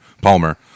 Palmer